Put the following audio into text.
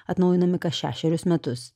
atnaujinami kas šešerius metus